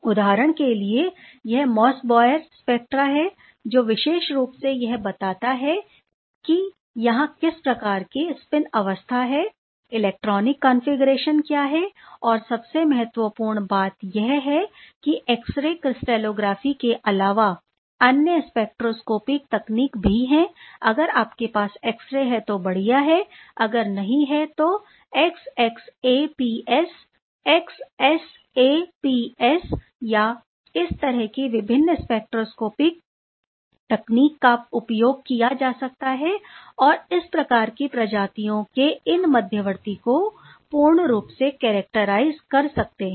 उदाहरण के लिए यह मोसबॉयर स्पेक्ट्रा है जो विशेष रूप से यह बताता है यहां किस प्रकार की स्पिन अवस्था है इलेक्ट्रॉनिक कॉन्फ़िगरेशन क्या है और सबसे महत्वपूर्ण बात यह है कि एक्स रे क्रिस्टलोग्राफी के अलावा अन्य स्पेक्ट्रोस्कोपिक तकनीक भी हैं अगर आपके पास एक्स रे है तो बढ़िया है अगर नहीं है तो XXAPS XSAPS या इस तरह की विभिन्न स्पेक्ट्रोस्कोपिक तकनीक का उपयोग किया जा सकता है और इस प्रकार की प्रजातियों के इन मध्यवर्ती को पूर्ण रूप से कैरक्टराइज कर सकते हैं